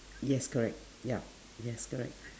yes correct ya yes correct